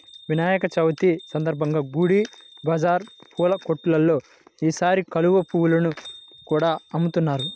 వినాయక చవితి సందర్భంగా గుడి బజారు పూల కొట్టుల్లో ఈసారి కలువ పువ్వుల్ని కూడా అమ్ముతున్నారు